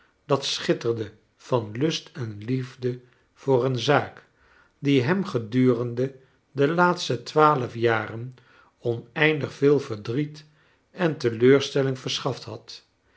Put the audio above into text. dat schitterde van lust en liefde voor een zaak die hem gedurende de laatste twaalf jaren oneindig veel verdriet en teleurs telling verschaft had